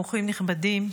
אורחים נכבדים,